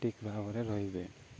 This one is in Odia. ଠିକ୍ ଭାବରେ ରହିବେ